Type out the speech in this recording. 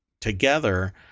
together